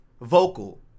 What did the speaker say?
vocal